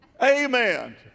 Amen